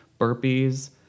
burpees